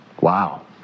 Wow